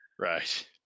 right